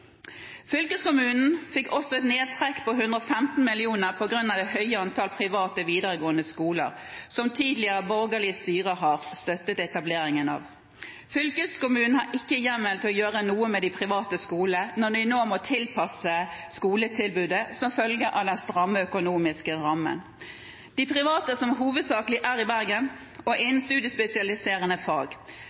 Fylkeskommunen fikk også et nedtrekk på 115 mill. kr på grunn av det høye antallet private videregående skoler, som tidligere borgerlige styrer har støttet etableringen av. Fylkeskommunen har ikke hjemmel til å gjøre noe med de private skolene når de nå må tilpasse skoletilbudet som følge av den stramme økonomiske rammen. De private er hovedsakelig i Bergen og innen studiespesialiserende fag.